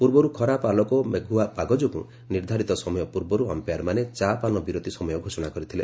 ପୂର୍ବରୁ ଖରାପ ଆଲୋକ ଓ ମେଘୁଆ ପାଗ ଯୋଗୁଁ ନିର୍ଦ୍ଧାରିତ ସମୟ ପୂର୍ବରୁ ଅମ୍ପାୟାର୍ମାନେ ଚା'ପାନ ବିରତି ସମୟ ଘୋଷଣା କରିଥିଲେ